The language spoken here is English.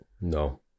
No